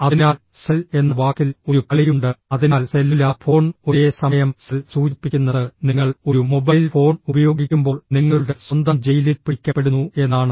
അതിനാൽ സെൽ എന്ന വാക്കിൽ ഒരു കളിയുണ്ട് അതിനാൽ സെല്ലുലാർ ഫോൺ ഒരേ സമയം സെൽ സൂചിപ്പിക്കുന്നത് നിങ്ങൾ ഒരു മൊബൈൽ ഫോൺ ഉപയോഗിക്കുമ്പോൾ നിങ്ങളുടെ സ്വന്തം ജയിലിൽ പിടിക്കപ്പെടുന്നു എന്നാണ്